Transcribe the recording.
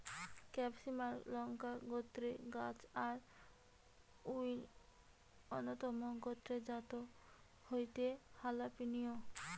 ক্যাপসিমাক লংকা গোত্রের গাছ আর অউর অন্যতম গটে জাত হয়ঠে হালাপিনিও